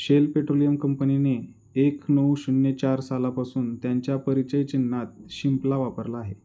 shell petroleum कंपनीने एक नऊ शून्य चार सालापासून त्यांच्या परिचय चिन्हात शिंपला वापरला आहे